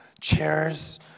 chairs